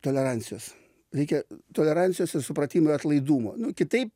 tolerancijos reikia tolerancijos ir supratimo ir atlaidumo nu kitaip